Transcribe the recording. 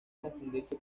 confundirse